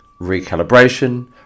recalibration